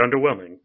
underwhelming